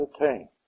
attain